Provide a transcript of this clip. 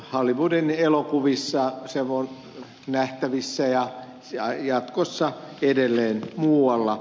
hollywoodin elokuvissa se on nähtävissä ja jatkossa edelleen muualla